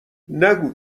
نگو